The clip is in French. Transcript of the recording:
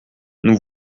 nous